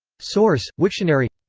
source wiktionary